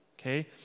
okay